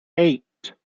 eight